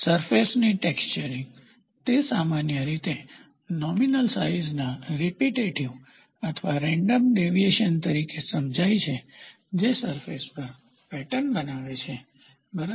સરફેસની ટેક્ચરીંગ તે સામાન્ય રીતે નોમીનલ સાઇઝના રીપીટેટીવ અથવા રેન્ડમ ડેવીએશન તરીકે સમજાય છે જે સરફેસ પર પેટર્ન બનાવે છે બરાબર